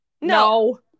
no